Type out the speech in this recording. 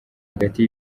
hagati